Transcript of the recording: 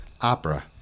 Opera